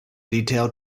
detail